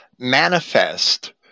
manifest